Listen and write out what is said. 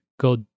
go